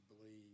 believe